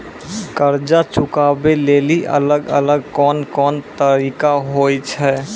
कर्जा चुकाबै लेली अलग अलग कोन कोन तरिका होय छै?